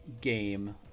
game